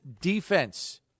defense